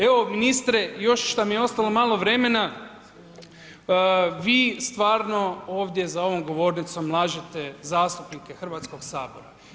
Evo ministre, još šta mi je ostalo malo vremena, vi stvarno ovdje za ovom govornicom lažete zastupnike Hrvatskog sabora.